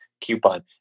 coupon